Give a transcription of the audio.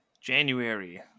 January